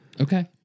Okay